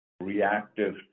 reactive